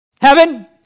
Heaven